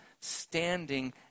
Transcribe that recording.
standing